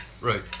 Right